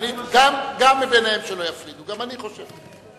גם ביניהם שלא יפרידו, גם אני חושב כך.